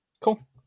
Cool